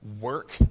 work